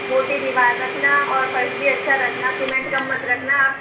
मोटी दीवार रखना और फर्श भी अच्छा रखना सीमेंट का मत रखना आप